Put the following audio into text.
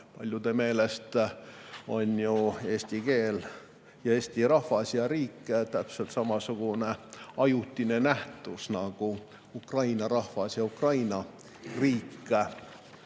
paljude meelest on ju eesti keel, eesti rahvas ja [Eesti] riik täpselt samasugune ajutine nähtus nagu ukraina rahvas ja Ukraina riik.